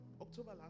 October